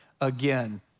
again